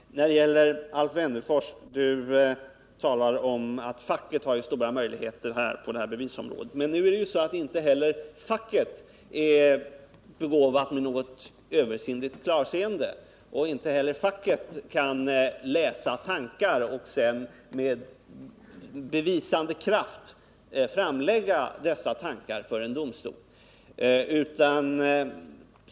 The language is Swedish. Alf Wennerfors talar om att facket har stora möjligheter på det här bevisområdet. Men inte heller facket är begåvat med något översinnligt klarseende, inte heller facket kan läsa tankar och med bevisande kraft framlägga dessa tankar för en domstol.